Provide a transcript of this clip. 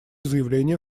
заявление